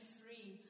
free